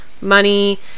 money